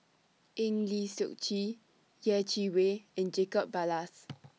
Eng Lee Seok Chee Yeh Chi Wei and Jacob Ballas